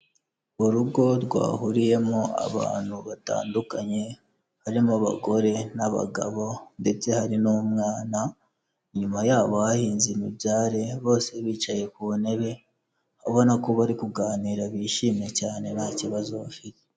Urugo rwahuriyemo abantu batandukanye, harimo abagore n'abagabo ndetse hari n'umwana, inyuma yabo hahinze imibyare, bose bicaye ku ntebe, ubona ko bari kuganira bishimye cyane nta kibazo bafite.